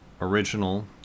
original